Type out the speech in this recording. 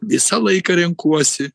visą laiką renkuosi